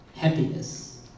happiness